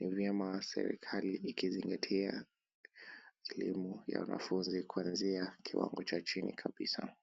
Ni vyema serikali ikizingatia elimu ya wanafunzi kuanzia kiwango cha chini kabisa.